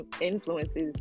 influences